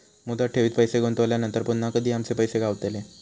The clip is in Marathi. मुदत ठेवीत पैसे गुंतवल्यानंतर पुन्हा कधी आमचे पैसे गावतले?